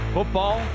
Football